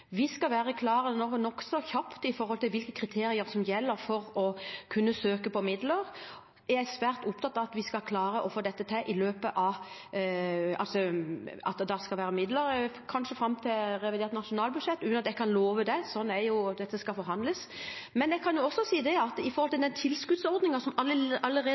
Vi skal være klare nokså kjapt med hensyn til hvilke kriterier som skal gjelde for å kunne søke på midler. Jeg er svært opptatt av at vi skal få midler til dette – kanskje i revidert nasjonalbudsjett, uten at jeg kan love det, det skal jo forhandles om dette. Men også i tilknytning til den tilskuddsordningen som allerede finnes, hvor kommunene kan søke om midler til enten opprettelse av nye sykehjemsplasser eller rehabilitering av eksisterende, er det